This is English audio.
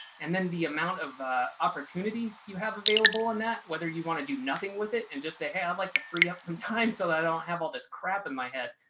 and then the amount of opportunity you have available in that, whether you want to do nothing with it and just say, hey, i'd like to free up some time so that i don't have all this crap in my head,